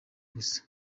gusa